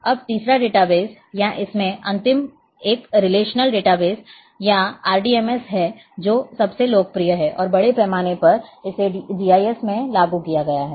अब तीसरा डेटाबेस या इसमें अंतिम एक रिलेशनल डेटाबेस या RDMS है जो सबसे लोकप्रिय है और बड़े पैमाने पर इसे जीआईएस में लागू किया गया है